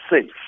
safe